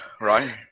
right